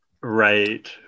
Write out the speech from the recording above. right